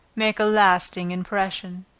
make a lasting impression.